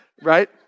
right